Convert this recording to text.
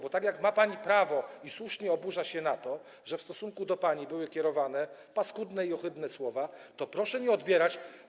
Bo tak jak ma pani prawo i słusznie oburza się na to, że w stosunku do pani były kierowane paskudne i ohydne słowa, tak proszę nie odbierać.